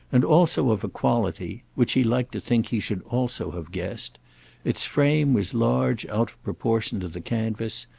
and also of a quality which he liked to think he should also have guessed its frame was large out of proportion to the canvas,